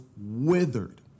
withered